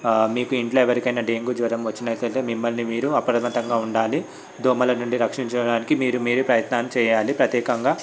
మీకు ఇంట్లో ఎవరికైనా డెంగ్యూ జ్వరం వచ్చినట్టయితే మిమ్మల్ని మీరు అప్రమత్తంగా ఉండాలి దోమల నుండి రక్షించడానికి మీరు మీరు ప్రయత్నాన్ని చేయాలి ప్రత్యేకంగా